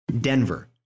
Denver